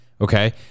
Okay